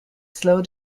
slow